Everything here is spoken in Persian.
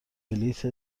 بلیت